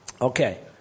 Okay